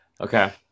okay